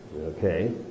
Okay